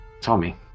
Tommy